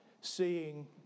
seeing